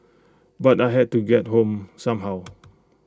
but I had to get home somehow